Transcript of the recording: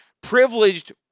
privileged